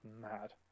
mad